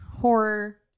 horror